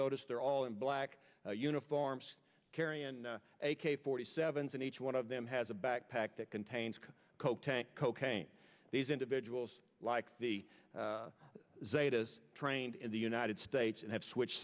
notice they're all in black uniforms carry and a k forty seven s and each one of them has a backpack that contains a coke tank cocaine these individuals like the zetas trained in the united states and have switched